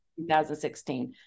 2016